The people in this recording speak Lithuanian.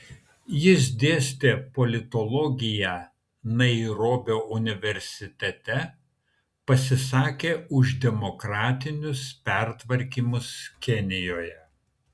jis dėstė politologiją nairobio universitete pasisakė už demokratinius pertvarkymus kenijoje